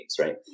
right